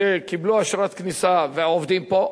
שקיבלו אשרת כניסה ועבדו פה,